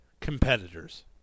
competitors